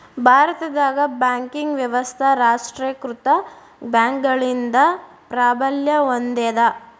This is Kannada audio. ಭಾರತದಾಗ ಬ್ಯಾಂಕಿಂಗ್ ವ್ಯವಸ್ಥಾ ರಾಷ್ಟ್ರೇಕೃತ ಬ್ಯಾಂಕ್ಗಳಿಂದ ಪ್ರಾಬಲ್ಯ ಹೊಂದೇದ